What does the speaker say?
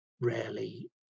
rarely